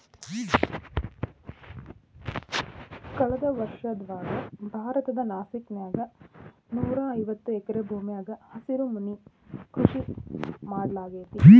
ಕಳದ ಒಂದ್ವರ್ಷದಾಗ ಭಾರತದ ನಾಸಿಕ್ ನ್ಯಾಗ ನೂರಾಐವತ್ತ ಎಕರೆ ಭೂಮ್ಯಾಗ ಹಸಿರುಮನಿ ಕೃಷಿ ಮಾಡ್ಲಾಗೇತಿ